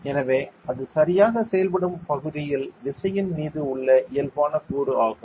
எனவே அது சரியாகச் செயல்படும் பகுதியில் செயல்படும் விசையின் மீது உள்ள இயல்பான கூறு ஆகும்